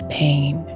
pain